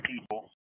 people